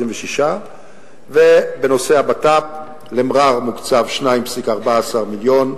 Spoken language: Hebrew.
26. ובנושא הבט"פ למע'אר מוקצב 2.14 מיליון,